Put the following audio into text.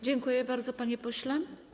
Dziękuję bardzo, panie pośle.